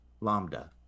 Lambda